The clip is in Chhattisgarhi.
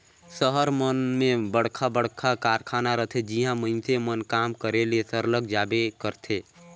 सहर मन में बड़खा बड़खा कारखाना रहथे जिहां मइनसे मन काम करे ले सरलग जाबे करथे